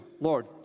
Lord